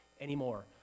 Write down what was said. anymore